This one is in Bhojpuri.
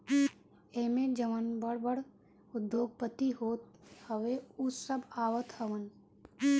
एमे जवन बड़ बड़ उद्योगपति होत हवे उ सब आवत हवन